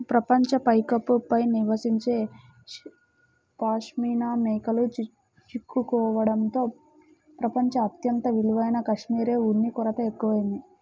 ప్రపంచ పైకప్పు పై నివసించే పాష్మినా మేకలు చిక్కుకోవడంతో ప్రపంచం అత్యంత విలువైన కష్మెరె ఉన్ని కొరత ఎక్కువయింది